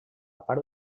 part